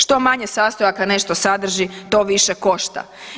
Što manje sastojaka nešto sadrži, to više košta.